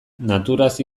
naturaz